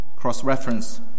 Cross-reference